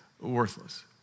worthless